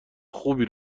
خوبی